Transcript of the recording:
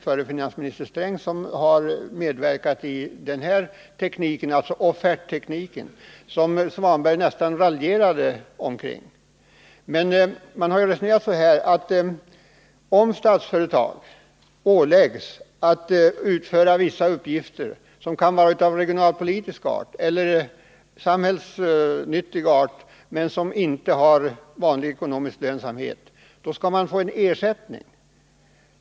Förre finansministern Sträng har medverkat till den s.k. offertteknik som Ingvar Svanberg nästan raljerade om. Man har resonerat så att om Statsföretag åläggs att utföra vissa uppgifter, som kan vara av regionalpolitisk art eller av samhällsnyttig art men som inte ger vanlig ekonomisk lönsamhet, skall Statsföretag få ersättning.